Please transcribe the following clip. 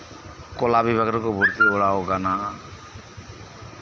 ᱠᱚᱞᱟ ᱵᱤᱵᱷᱟᱜᱽ ᱨᱮᱠᱚ ᱵᱷᱩᱨᱛᱤ ᱵᱟᱲᱟᱣᱟᱠᱟᱱᱟ